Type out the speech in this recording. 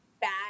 bad